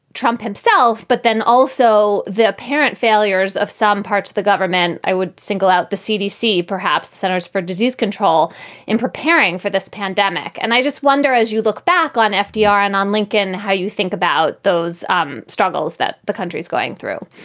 trump himself, but then also the apparent failures of some parts of the government. i would single out the cdc, perhaps centers for disease control in preparing for this pandemic. and i just wonder, as you look back on fdr and on lincoln, how you think about those um struggles that the country is going through